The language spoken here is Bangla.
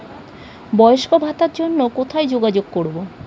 বয়স্ক ভাতার জন্য কোথায় যোগাযোগ করব?